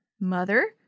Mother